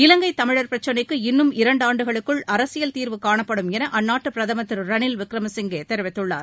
இவங்கைத் தமிழர் பிரச்னைக்கு இன்னும் இரண்டாண்டுகளுக்குள் அரசியல் தீர்வு காணப்படும் என அந்நாட்டு பிரதமர் திரு ரனில் விக்ரமசிங்கே தெரிவித்துள்ளார்